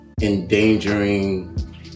endangering